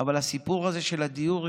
אבל הסיפור הזה של הדיור,